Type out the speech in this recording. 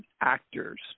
actors